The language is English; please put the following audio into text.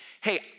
hey